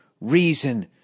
reason